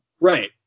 Right